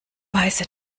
weiße